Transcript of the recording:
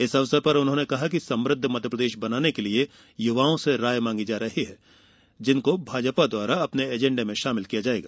इस अवसर पर उन्होंने कहा कि समृद्व मध्यप्रदेश बनाने के लिये युवाओं से राय मांगी जा रही है जिसको भाजपा द्वारा अपने एजेंडे में शामिल किया जायेगा